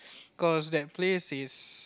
cause that place is